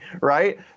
right